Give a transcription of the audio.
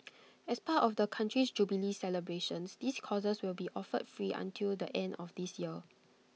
as part of the country's jubilee celebrations these courses will be offered free until the end of this year